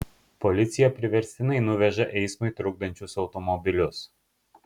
policija priverstinai nuveža eismui trukdančius automobilius